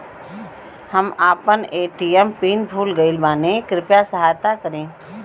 हम आपन ATM PIN भूल गईल बानी कृपया सहायता करी